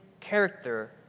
character